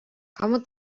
kamu